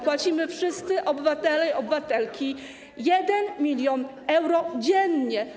Płacimy wszyscy, obywatele i obywatelki, 1 mln euro dziennie.